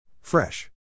Fresh